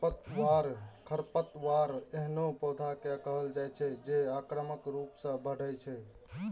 खरपतवार एहनो पौधा कें कहल जाइ छै, जे आक्रामक रूप सं बढ़ै छै